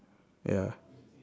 ya